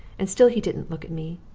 and still he didn't look at me.